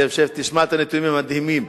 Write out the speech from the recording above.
שב תשמע את הנתונים המדהימים.